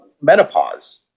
menopause